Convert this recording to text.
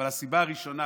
אבל הסיבה הראשונה